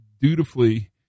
dutifully